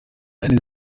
eine